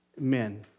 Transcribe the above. men